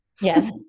Yes